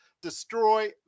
destroy